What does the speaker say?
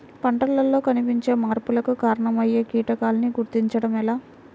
పంటలలో కనిపించే మార్పులకు కారణమయ్యే కీటకాన్ని గుర్తుంచటం ఎలా?